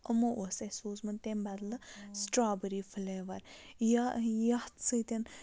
یِمو اوس اَسہِ سوٗزمُت تمہِ بَدلہٕ سٹرابٔری فٕلیوَر یا یَتھ سۭتۍ